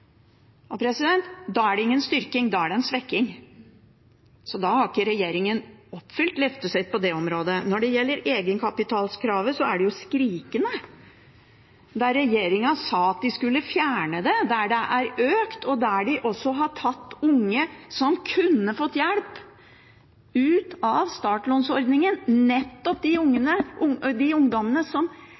da er det en svekking, og da har ikke regjeringen oppfylt løftet sitt på det området. Når det gjelder egenkapitalkravet, så er det «skrikende». Der regjeringen sa at de skulle fjerne det, er det økt – også for unge som kunne fått hjelp av startlånsordningen – nettopp